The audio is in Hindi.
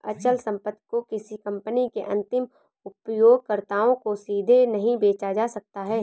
अचल संपत्ति को किसी कंपनी के अंतिम उपयोगकर्ताओं को सीधे नहीं बेचा जा सकता है